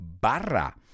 barra